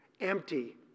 empty